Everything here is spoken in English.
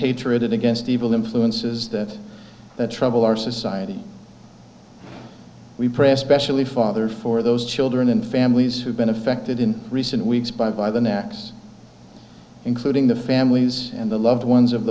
hatred against evil influences that trouble our society we press specially father for those children in families who've been affected in recent weeks by by the next including the families and the loved ones of